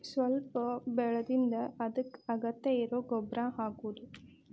ಸ್ವಲ್ಪ ಬೆಳದಿಂದ ಅದಕ್ಕ ಅಗತ್ಯ ಇರು ಗೊಬ್ಬರಾ ಹಾಕುದು